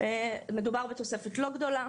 מדובר בתוספת לא גדולה.